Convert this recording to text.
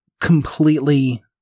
Completely